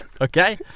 Okay